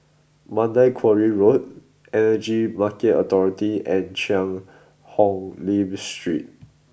Mandai Quarry Road Energy Market Authority and Cheang Hong Lim Street